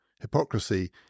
Hypocrisy